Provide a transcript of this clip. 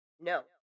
No